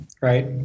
right